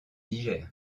niger